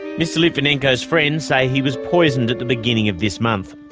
mr litvinenko's friends say he was poisoned at the beginning of this month.